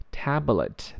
tablet